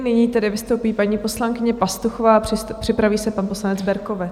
Nyní tedy vystoupí paní poslankyně Pastuchová, připraví se pan poslanec Berkovec.